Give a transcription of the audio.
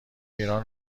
ایران